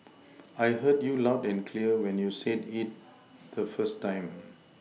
I heard you loud and clear when you said it the first time